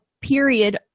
period